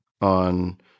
on